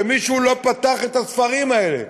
אתה מבין שמישהו לא פתח את הספרים האלה.